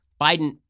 Biden